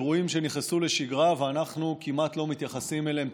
אירועים שנכנסו לשגרה ואנחנו כמעט לא מתייחסים אליהם,